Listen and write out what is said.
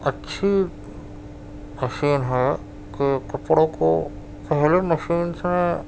اچھی مشین ہے کہ کپڑوں کو پہلے مشین سے